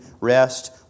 rest